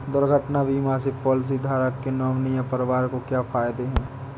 दुर्घटना बीमा से पॉलिसीधारक के नॉमिनी या परिवार को क्या फायदे हैं?